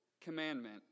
commandment